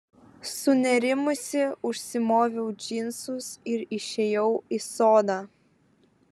sunerimusi užsimoviau džinsus ir išėjau į sodą